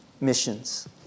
missions